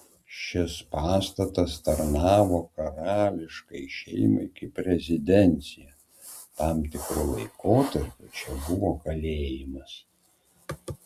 šis pastatas tarnavo karališkai šeimai kaip rezidencija tam tikru laikotarpiu čia buvo kalėjimas